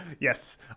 Yes